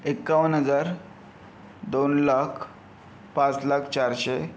एकावन्न हजार दोन लाख पाच लाख चारशे